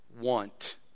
want